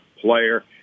player